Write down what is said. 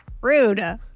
Rude